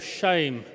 shame